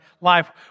life